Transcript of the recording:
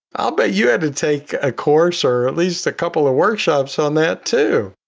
i'll bet you had to take a course or at least a couple of workshops on that too.